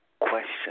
question